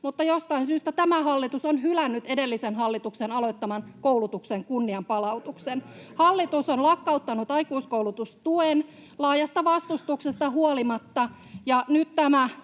mutta jostain syystä tämä hallitus on hylännyt edellisen hallituksen aloittaman koulutuksen kunnianpalautuksen. [Ben Zyskowicz: Höpö höpö!] Hallitus on lakkauttanut aikuiskoulutustuen laajasta vastustuksesta huolimatta,